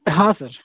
हाँ सर